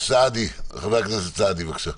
חבר הכנסת סעדי, בבקשה.